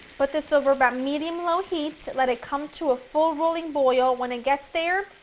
put this over about medium low heat, let it come to a full rolling boil, when it gets there,